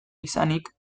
izanik